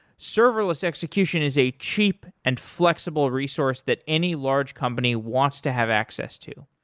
serverless execution is a cheap and flexible resource that any large company wants to have access to,